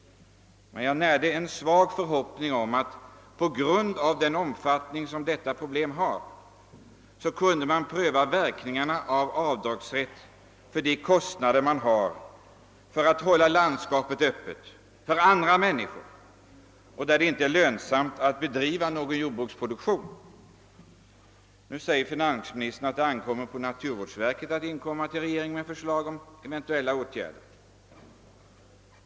Men jag närde en svag förhoppning om att just detta problem på grund av sin omfattning kunde motivera att man prövade verkningarna av att tillämpa avdragsrätt för de kostnader som sammanhänger med att hålla landskapet öppet för andra människor i sådana fall där det inte är lönsamt att bedriva någon jordbruksproduktion. Nu sade finansministern att det ankommer på naturvårdsverket att inkomma till regeringen med förslag om eventuella åtgärder.